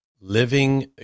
Living